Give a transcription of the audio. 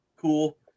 cool